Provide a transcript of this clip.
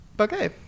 Okay